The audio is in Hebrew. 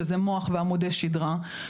שזה מוח ועמודים שדרה,